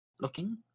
looking